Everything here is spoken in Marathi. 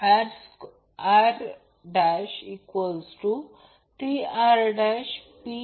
आणि हे एक रेजिस्टीव्ह आहे म्हणून Q नाही म्हणून IL PL VLअसावे